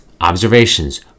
observations